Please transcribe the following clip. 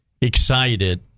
excited